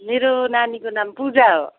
मेरो नानीको नाम पूजा हो